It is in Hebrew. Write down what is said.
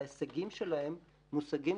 וההישגים שלהם מושגים